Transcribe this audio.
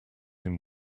him